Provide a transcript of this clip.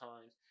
times